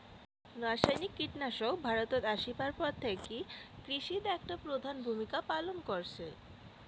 রাসায়নিক কীটনাশক ভারতত আইসার পর থাকি কৃষিত একটা প্রধান ভূমিকা পালন করসে